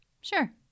Sure